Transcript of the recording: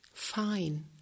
fine